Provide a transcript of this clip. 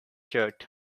shirt